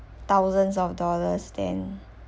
thousands of dollars then